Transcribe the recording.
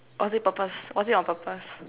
was it purpose was it on purpose